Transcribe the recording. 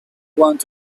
want